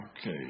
Okay